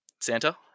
Santa